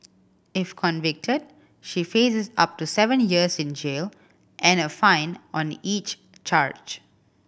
if convicted she faces up to seven years in jail and a fine on each charge